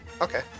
Okay